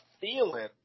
feeling